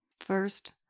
First